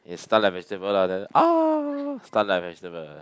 is stun like vegetable lah like ah stun like vegetable